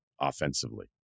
offensively